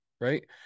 Right